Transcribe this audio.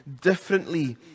differently